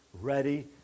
ready